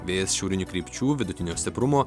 vėjas šiaurinių krypčių vidutinio stiprumo